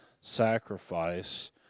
sacrifice